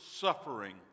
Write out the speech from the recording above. suffering